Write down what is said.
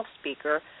speaker